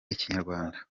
ikinyarwanda